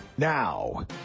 Now